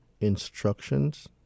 instructions